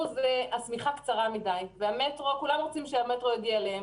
השמיכה קצרה מדי וכולם רוצים שהמטרו יגיע אליהם